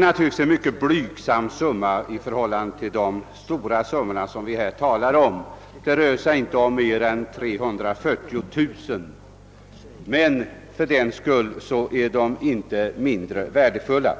naturligtvis om en mycket blygsam summa i förhållande till de stora summor som vi nu talar om — endast 340 000 kronor — men fördenskull är dessa anslagskrav inte mindre väsentliga.